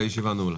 הישיבה נעולה.